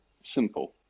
simple